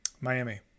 Miami